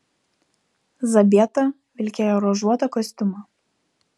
zabieta vilkėjo ruožuotą kostiumą